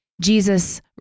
Jesus